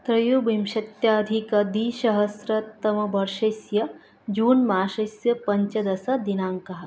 त्रयोविंशत्याधिकद्विसहस्रतमवर्षस्य जून् मासस्य पञ्चदशदिनाङ्कः